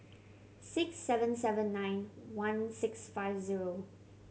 six seven seven nine one six five zero